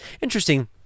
interesting